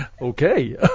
Okay